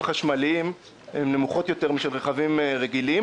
חשמליים נמוכות יותר משל רכבים רגילים.